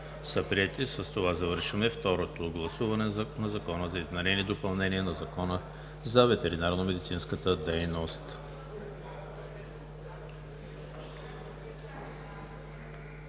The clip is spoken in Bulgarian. С това завършваме второто гласуване на Закона за изменение и допълнение на Закона за ветеринарномедицинската дейност.